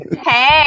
Hey